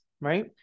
right